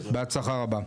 בהצלחה רבה.